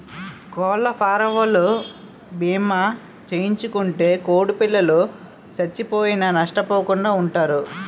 కోళ్లఫారవోలు భీమా చేయించుకుంటే కోడిపిల్లలు సచ్చిపోయినా నష్టపోకుండా వుంటారు